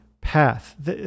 path